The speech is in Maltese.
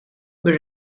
mir